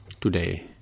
today